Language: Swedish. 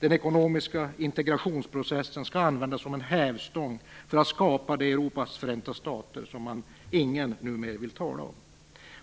Den ekonomiska integrationsprocessen skall användas som en hävstång för att skapa Europas förenta stater, som ingen numer vill tala om.